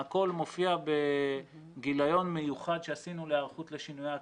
הכול מופיע בגיליון מיוחד שעשינו להיערכות לשינויי אקלים,